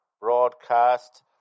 broadcast